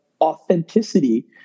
authenticity